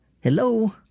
Hello